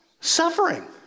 suffering